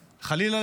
חלילה,